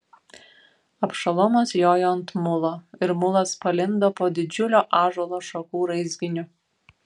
abšalomas jojo ant mulo ir mulas palindo po didžiulio ąžuolo šakų raizginiu